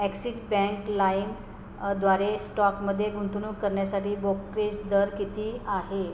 ॲक्सिच bank लाईम द्वारे स्टॉकमध्ये गुंतवणूक करन्यासाठी ब्रोकरेज दर किती आहे